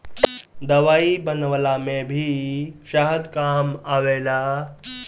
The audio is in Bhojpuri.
दवाई बनवला में भी शहद काम आवेला